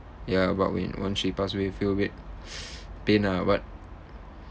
ya but when once she passed away feel a bit pain ah but